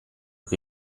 che